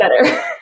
better